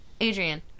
Adrian